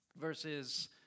verses